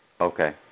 Okay